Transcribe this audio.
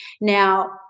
Now